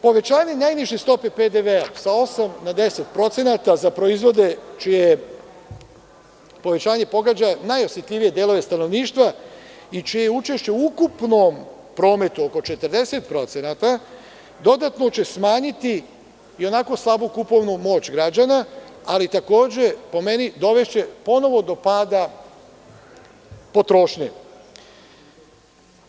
Povećanje najniže stope PDV-a sa 8% na 10% za proizvode, čije povećanje pogađa najosetljivije delove stanovništva i čije je učešće u ukupnom prometu oko 40%, dodatno će smanjiti i onako slabu kupovnu moć građana, ali takođe po meni dovešće ponovo do pada potrošnje.